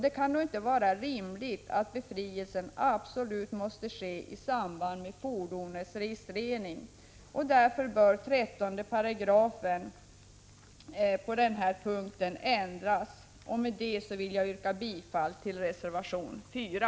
Det kan då inte vara rimligt att befrielsen absolut måste ske i samband med fordonets registrering. Därför bör 13 § i lagen om försäljningsskatt på motorfordon ändras på denna punkt. Med detta vill jag yrka bifall till reservation 4.